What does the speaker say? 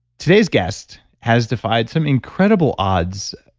today's guest has defied some incredible odds,